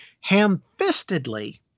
ham-fistedly